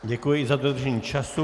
Děkuji za dodržení času.